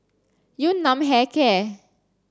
Yun Nam Hair Care